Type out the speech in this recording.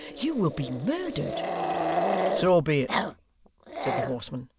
you will be murdered so be it said the horseman,